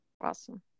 Awesome